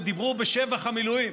ודיברו בשבח המילואים